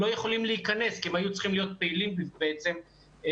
לא יכולים להיכנס כי הם היו צריכים להיות פעילים בעצם בעבר,